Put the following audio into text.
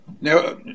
Now